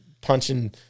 punching